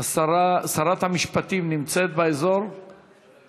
ההצעה לסדר-היום תועבר לוועדת העבודה,